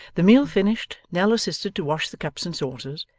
the meal finished, nell assisted to wash the cups and saucers,